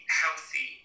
healthy